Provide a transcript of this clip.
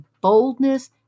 boldness